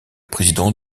président